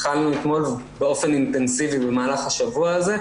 התחלנו אתמול באופן אינטנסיבי במהלך השבוע הזה,